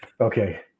okay